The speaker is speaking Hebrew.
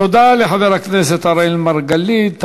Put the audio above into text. תודה לחבר הכנסת אראל מרגלית.